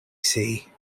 see